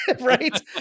right